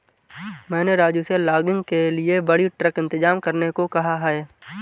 मैंने राजू से लॉगिंग के लिए बड़ी ट्रक इंतजाम करने को कहा है